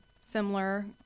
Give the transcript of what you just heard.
similar